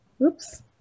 Oops